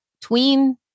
tween